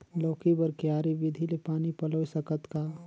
लौकी बर क्यारी विधि ले पानी पलोय सकत का?